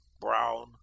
brown